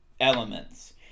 elements